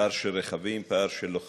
פער של רכבים, פער של לוחמים,